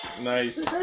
nice